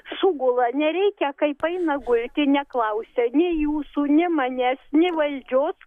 sugula nereikia kaip eina gulti neklausia nei jūsų nė manęs nei valdžios